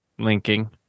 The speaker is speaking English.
linking